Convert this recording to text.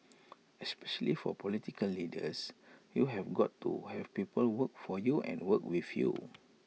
especially for political leaders you've got to have people work for you and work with you